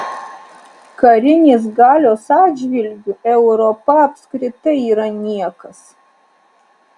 karinės galios atžvilgiu europa apskritai yra niekas